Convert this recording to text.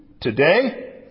today